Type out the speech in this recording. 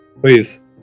Please